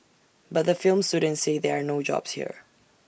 but the film students say there are no jobs here